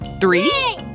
Three